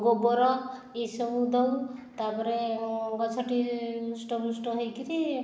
ଗୋବର ଏସବୁ ଦେଉ ତା'ପରେ ଗଛଟି ହୃଷ୍ଟପୁଷ୍ଟ ହୋଇକରି